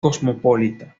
cosmopolita